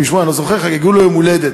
אני לא זוכר, חגגו לו יום הולדת.